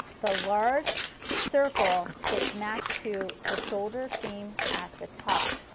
the large circle gets matched to the shoulder seam at the top.